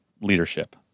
leadership